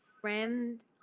friend